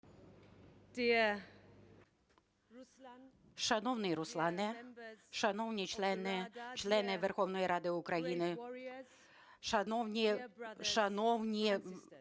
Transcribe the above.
Шановний Руслане, шановні члени Верховної Ради України, шановні